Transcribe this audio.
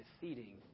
defeating